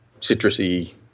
citrusy